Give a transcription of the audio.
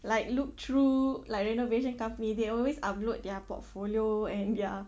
like look through like renovation company they always upload their portfolio and their